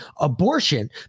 abortion